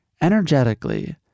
Energetically